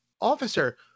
officer